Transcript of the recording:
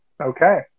Okay